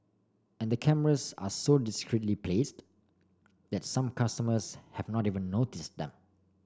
and the cameras are so placed that some customers have not even notice them